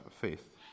faith